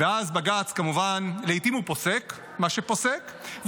ואז בג"ץ לעיתים פוסק מה שפוסק,